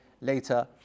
later